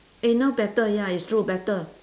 eh now better ya it's true better